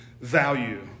value